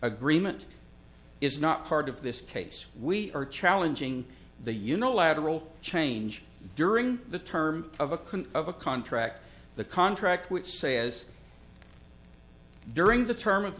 agreement is not part of this case we are challenging the unilateral change during the term of a can of a contract the contract which say as during the term of